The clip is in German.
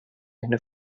eine